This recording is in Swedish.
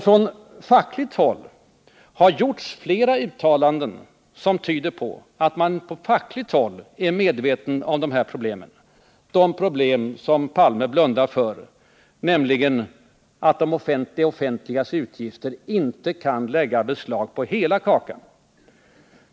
Från fackligt håll har gjorts flera uttalanden som tyder på att man på det hållet är medveten om de här problemen, problem som Olof Palme blundar för, nämligen att de offentliga utgifterna inte kan lägga beslag på hela kakan.